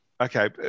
Okay